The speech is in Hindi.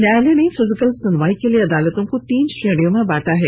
न्यायालय ने फिजिकल सुनवाई के लिए अदालतों को तीन श्रेणी में बांटा है